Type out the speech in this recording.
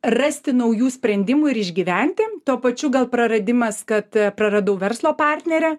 rasti naujų sprendimų ir išgyventi tuo pačiu gal praradimas kad praradau verslo partnerę